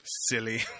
silly